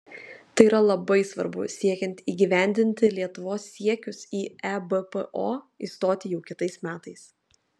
tai yra labai svarbu siekiant įgyvendinti lietuvos siekius į ebpo įstoti jau kitais metais